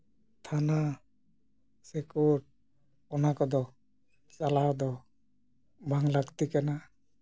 ᱛᱷᱟᱱᱟ ᱥᱮ ᱠᱳᱨᱴ ᱚᱱᱟ ᱠᱚᱫᱚ ᱪᱟᱞᱟᱣᱫᱚ ᱵᱟᱝ ᱞᱟᱹᱠᱛᱤ ᱠᱟᱱᱟ